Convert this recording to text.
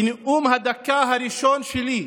בנאום בן הדקה הראשון שלי במליאה,